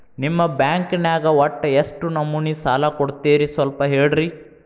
ನಿಮ್ಮ ಬ್ಯಾಂಕ್ ನ್ಯಾಗ ಒಟ್ಟ ಎಷ್ಟು ನಮೂನಿ ಸಾಲ ಕೊಡ್ತೇರಿ ಸ್ವಲ್ಪ ಹೇಳ್ರಿ